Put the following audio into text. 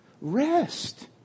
Rest